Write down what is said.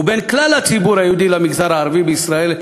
ובין כלל הציבור היהודי למגזר הערבי בישראל,